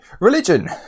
religion